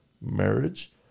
marriage